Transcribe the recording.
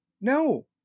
No